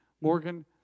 Morgan